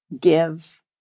give